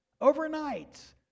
overnight